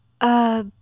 Uh